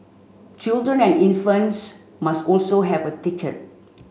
children and infants must also have a ticket